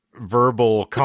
verbal